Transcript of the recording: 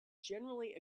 generally